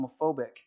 homophobic